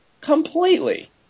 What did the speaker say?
completely